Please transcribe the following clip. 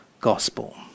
Gospel